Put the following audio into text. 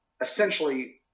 essentially